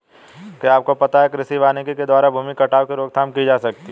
क्या आपको पता है कृषि वानिकी के द्वारा भूमि कटाव की रोकथाम की जा सकती है?